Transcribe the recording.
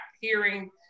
hearing